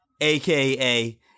aka